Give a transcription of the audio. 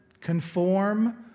Conform